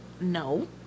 No